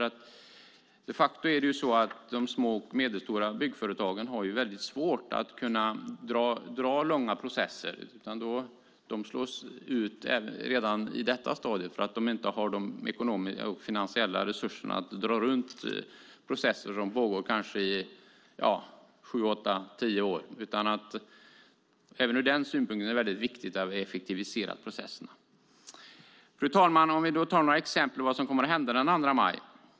De facto har de små och medelstora byggföretagen ofta svårt att hantera långa processer. De slås ut redan på det stadiet eftersom de inte har de ekonomiska och finansiella resurserna att dra runt processer som pågår i sju, åtta eller kanske tio år. Även ur den synvinkeln är det väldigt viktigt att effektivisera processen. Fru talman! Jag ska ta några exempel på vad som kommer att hända den 2 maj.